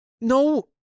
no